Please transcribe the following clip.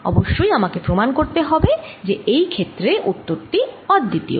অবশ্যই আমাকে প্রমাণ করতে হবে যে এই ক্ষেত্রে উত্তর টি অদ্বিতীয়